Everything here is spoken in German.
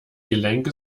gelenke